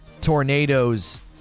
tornadoes